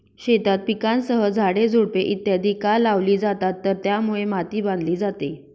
शेतात पिकांसह झाडे, झुडपे इत्यादि का लावली जातात तर त्यामुळे माती बांधली जाते